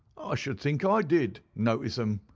i should think i did notice them,